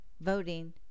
voting